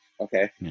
Okay